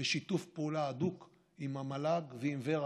בשיתוף פעולה הדוק עם המל"ג ועם ור"ה,